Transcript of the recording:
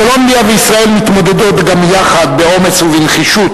קולומביה וישראל מתמודדות גם יחד באומץ ובנחישות